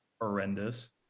horrendous